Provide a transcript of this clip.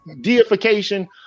deification